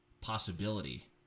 possibility